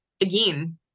again